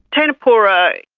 teina pora,